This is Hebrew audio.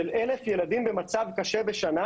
של 1,000 ילדים במצב קשה בשנה,